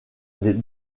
les